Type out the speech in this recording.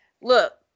look